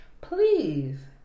please